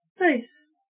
Nice